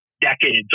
decades